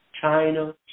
China